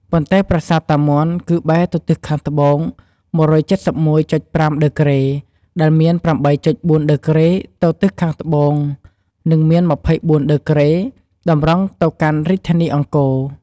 ប៉ុន្តែប្រាសាទតាមាន់ គឺបែរទៅទិសខាងត្បូង ១៧១.៥ ដឺក្រេ ដែលមាន ៨.៤ ដឺក្រេ ទៅទិសខាងត្បូង និង មាន ២៤ ដឺក្រេ តម្រង់ទៅកាន់រាជធានីអង្គរ។